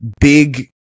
big